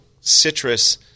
citrus